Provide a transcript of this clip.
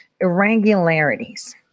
irregularities